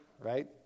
Right